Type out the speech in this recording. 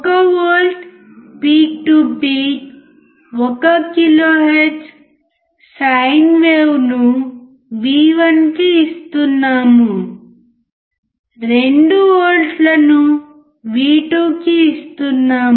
1V peak to peak 1 kilohertz sine వేవ్ను V1 కీ ఇస్తున్నాము 2V నీ V2 కీ ఇస్తున్నాము